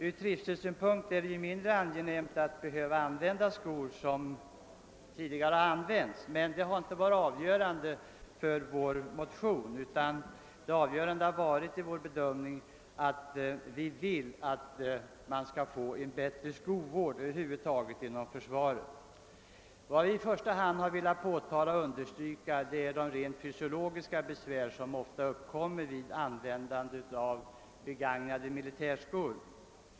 Från trivselsynpunkt är det naturligtvis inte så angenämt att behöva använda skor som tidigare burits av andra; men detta har inte varit det avgörande för oss när vi skrev vår motion. Det avgörande har i 'stället varit att vi velat försöka medverka till en bättre skovård inom försvaret över huvud taget. Vad vi i första hand velat framhålla: och understryka är de fysiska besvär som ofta uppkommer vid användningen av begagnade militärskor.